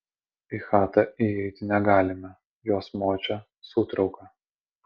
į chatą įeiti negalime jos močia sūtrauka